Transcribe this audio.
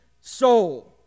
soul